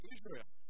Israel